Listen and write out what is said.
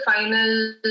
final